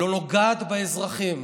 היא לא נוגעת באזרחים.